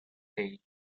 page